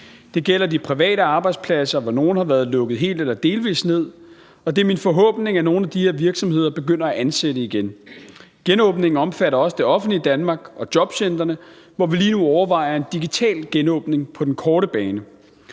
Det gælder de private arbejdspladser, hvor nogle har været lukket helt eller delvis ned, og det er min forhåbning, at nogle af de her virksomheder begynder at ansætte igen. Genåbningen omfatter også det offentlige Danmark og jobcentrene, hvor vi lige nu overvejer en digital genåbning på den korte bane.